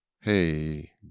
Hey